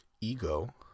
Ego